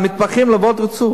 למתמחים, לעבוד רצוף.